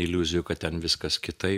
iliuzijų kad ten viskas kitaip